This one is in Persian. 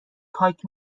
پاک